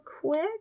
quick